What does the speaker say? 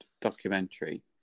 documentary